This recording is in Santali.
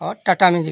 ᱟᱨ ᱴᱟᱴᱟ ᱢᱮᱡᱤᱠ